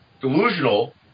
delusional